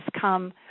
come